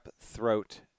throat